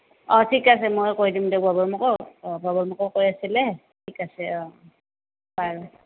অঁ ঠিক আছে মই কৈ দিম দিয়ক বাবুৰ মাকক অঁ বাবুৰ মাকেও কৈ আছিলে ঠিক আছে অঁ বাৰু